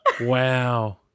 Wow